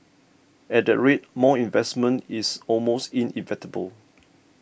at that rate more investment is almost inevitable